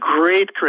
great